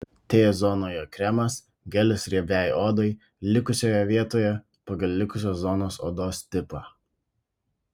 t zonoje kremas gelis riebiai odai likusioje vietoje pagal likusios zonos odos tipą